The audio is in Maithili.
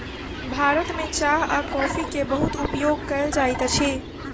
भारत में चाह आ कॉफ़ी के बहुत उपयोग कयल जाइत अछि